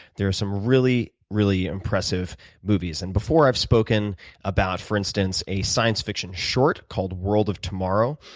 there are some really really impressive movies. and before i've spoken about, for instance a science fiction short called world of tomorrow,